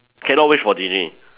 cannot wish for genie